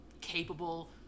capable